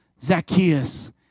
zacchaeus